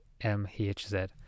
MHZ